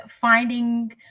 finding